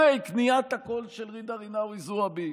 לפני קניית הקול של ג'ידא רינאוי זועבי,